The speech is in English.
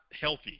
healthy